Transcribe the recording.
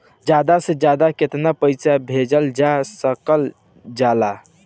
ज्यादा से ज्यादा केताना पैसा भेजल जा सकल जाला?